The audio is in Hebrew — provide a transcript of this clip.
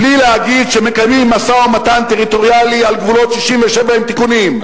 בלי להגיד שמקיימים משא-ומתן טריטוריאלי על גבולות 67' עם תיקונים,